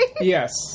Yes